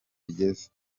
bigeze